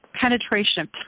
penetration